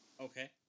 Okay